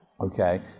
Okay